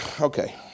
Okay